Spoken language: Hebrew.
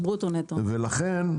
לכן,